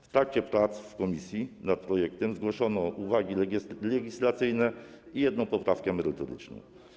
W trakcie prac w komisji nad projektem zgłoszono uwagi legislacyjne i jedną poprawkę merytoryczną.